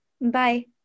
Bye